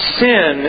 sin